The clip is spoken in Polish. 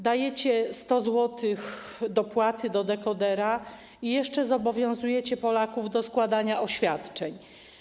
Dajecie 100 zł dopłaty do dekodera i jeszcze zobowiązujecie Polaków do składania oświadczeń.